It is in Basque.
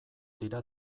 dira